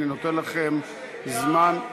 אני נותן לכם זמן.